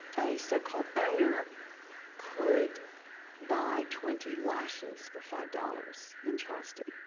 a so-called owner could buy twenty lashes for five dollars in charleston.